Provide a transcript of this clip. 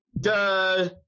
duh